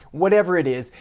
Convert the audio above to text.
whatever it is.